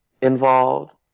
involved